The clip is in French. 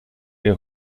est